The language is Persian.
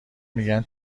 میگن